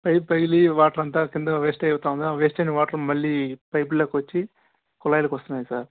pipe పగిలి water అంతా కింద వేస్ట్ అయితుంది ఆ వేస్ట్ అయిన వాటర్ మళ్ళీ పైపులలోకి వచ్చి కుళాయిలకు వస్తున్నాయి సార్